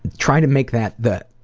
try to make that the,